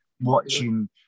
watching